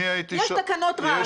יש למשטרה סמכות --- יש תקנות רעש,